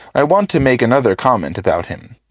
i want to make another comment about him.